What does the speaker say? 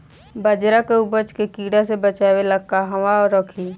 बाजरा के उपज के कीड़ा से बचाव ला कहवा रखीं?